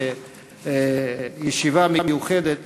לישיבה מיוחדת